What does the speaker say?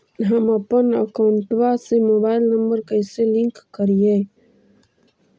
हमपन अकौउतवा से मोबाईल नंबर कैसे लिंक करैइय?